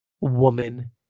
woman